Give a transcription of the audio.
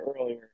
earlier